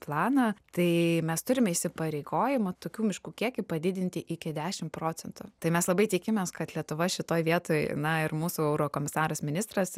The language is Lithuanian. planą tai mes turime įsipareigojimą tokių miškų kiekį padidinti iki dešim procentų tai mes labai tikimės kad lietuva šitoj vietoj na ir mūsų eurokomisaras ministras